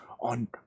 on